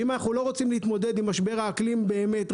ואם אנחנו לא רוצים להתמודד עם משבר האקלים באמת,